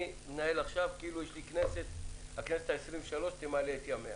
אני מנהל את הדיון הזה עכשיו כאילו הכנסת ה-23 תמלא את ימיה.